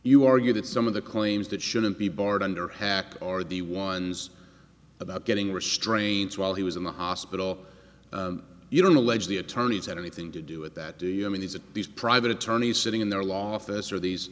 you argue that some of the claims that shouldn't be barred under hack are the ones about getting restraints while he was in the hospital you don't allege the attorneys had anything to do with that do you i mean these are these private attorneys sitting in their law office are these